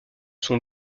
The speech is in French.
son